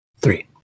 Three